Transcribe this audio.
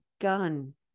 gun